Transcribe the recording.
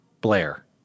Blair